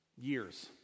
years